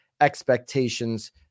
expectations